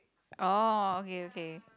orh okay okay